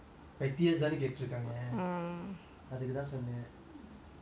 அதுக்கு தான் சொன்னே சரியா அடுத்தது வந்து:athukku than sonnae sariya aduthathu vanthu